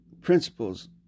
principles